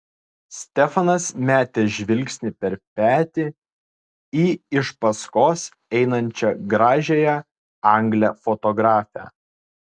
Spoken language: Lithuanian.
stefanas metė žvilgsnį per petį į iš paskos einančią gražiąją anglę fotografę